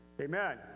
Amen